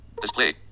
Display